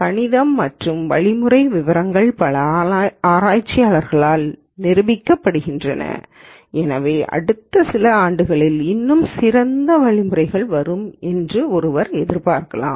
கணிதம் மற்றும் வழிமுறை விவரங்கள் பல ஆராய்ச்சியாளர்களால் நிரூபிக்கப்படுகின்றன எனவே அடுத்த சில ஆண்டுகளில் இன்னும் சிறந்த வழிமுறைகள் வரும் என்று ஒருவர் எதிர்பார்க்கலாம்